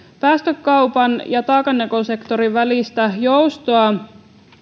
päästökaupan ja taakanjakosektorin välistä joustoa